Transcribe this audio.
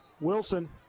Wilson